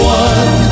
one